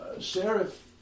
Sheriff